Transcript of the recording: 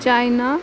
China